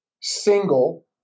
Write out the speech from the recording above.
single